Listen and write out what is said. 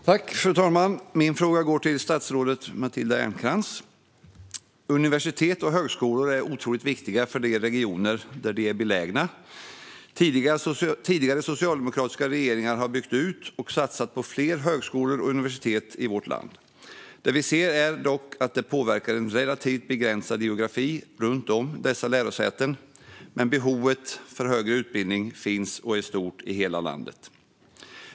Fru talman! Min fråga går till statsrådet Matilda Ernkrans. Universitet och högskolor är otroligt viktiga för de regioner där de är belägna. Tidigare socialdemokratiska regeringar har byggt ut och satsat på fler högskolor och universitet i vårt land. Vi ser dock att detta påverkar ett relativt begränsat geografiskt område runt dessa lärosäten, medan behovet av högre utbildning är stort i hela landet.